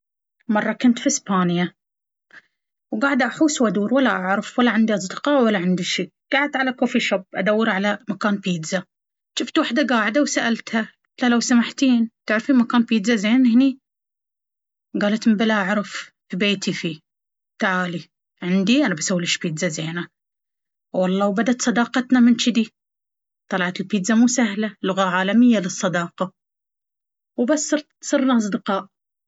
مرة كنت في اسبانيا وقاعدة أحوس وادور ولا أعرف ولا عندي أصدقاء ولا عندي شي!! قعدت على كوفي شوب أدور على مكان بيتزا. جفت وحدة قاعدة وسألتها: قلت ليها لو سمحتين تعرفين مكان بيتزا زين اهني؟ قالت إمبلى أعرف... في بيتي في... تعالي عندي انا بسوي ليش بيتزا زينة. والله وبدت صداقتنا من جدي!! طلعت البيتزا مو مسهلة!! لغة عالمية للصداقة وبس صرت-صرنا أصدقاء